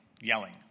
yelling